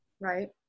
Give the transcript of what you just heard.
Right